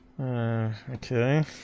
Okay